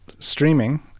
streaming